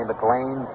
McLean